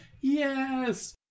yes